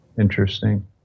Interesting